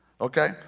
okay